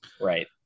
right